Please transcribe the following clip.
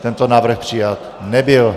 Tento návrh přijat nebyl.